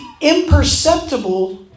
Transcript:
imperceptible